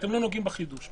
ואתם לא נוגעים בחידוש.